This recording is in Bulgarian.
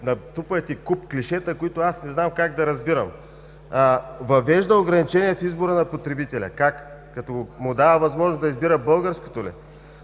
натрупахте куп клишета, които аз не знам как да разбирам: „въвежда ограничения в избора на потребителя“. Как, като му дава възможност да избира българското ли?